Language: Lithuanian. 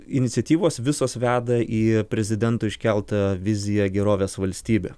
iniciatyvos visos veda į prezidento iškeltą viziją gerovės valstybę